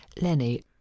Lenny